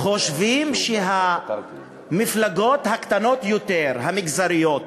חושבים שהמפלגות הקטנות יותר, המגזריות,